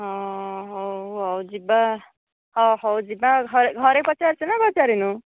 ହଁ ହେଉ ଆଉ ଯିବା ହ ହେଉ ଯିବା ଘରେ ଘରେ ପଚାରିଚୁ ନା ପଚାରିନୁ